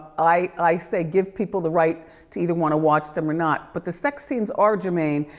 i say give people the right to either wanna watch them or not, but the sex scenes are germane.